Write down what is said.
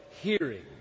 hearing